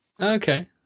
Okay